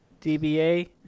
DBA